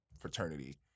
fraternity